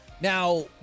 Now